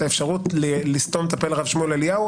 האפשרות לסתום את הפה לרב שמואל אליהו?